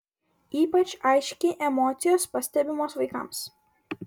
ypač aiškiai emocijos pastebimos vaikams